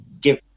give